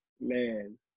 Man